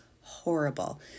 horrible